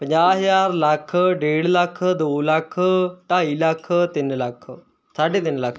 ਪੰਜਾਹ ਹਜ਼ਾਰ ਲੱਖ ਡੇਢ ਲੱਖ ਦੋ ਲੱਖ ਢਾਈ ਲੱਖ ਤਿੰਨ ਲੱਖ ਸਾਢੇ ਤਿੰਨ ਲੱਖ